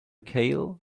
cale